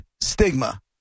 stigma